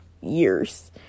years